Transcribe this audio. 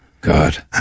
God